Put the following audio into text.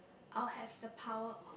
I'll have the power oh